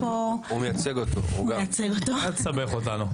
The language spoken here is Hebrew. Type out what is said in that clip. י-לאומי ביחס לקיים הוא באמת פער עצום שחייבים לתת עליו את הדעת,